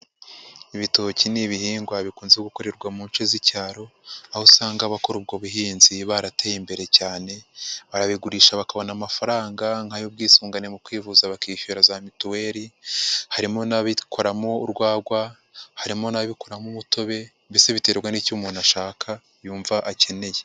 Ibitoki ni ibihingwa bikunze gukorerwa mu nce z'icyaro, aho usanga abakora ubwo buhinzi barateye imbere cyane, barabigurisha bakabona amafaranga, nk'ay'ubwisungane mu kwivuza, bakishyura za mitiweri, harimo n'ababikoramo urwagwa, harimo n'ababikoramo umutobe, mbese biterwa n'icyo umuntu ashaka, yumva akeneye.